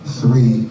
three